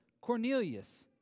Cornelius